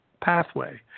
pathway